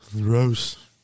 Gross